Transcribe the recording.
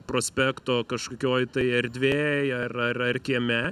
prospekto kažkokioj tai erdvėj ar ar ar kieme